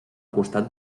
costat